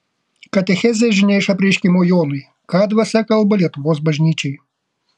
katechezė žinia iš apreiškimo jonui ką dvasia kalba lietuvos bažnyčiai